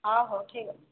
ହଁ ହେଉ ଠିକ ଅଛି